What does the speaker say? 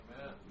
Amen